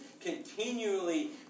continually